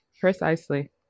Precisely